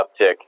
uptick